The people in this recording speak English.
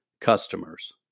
customers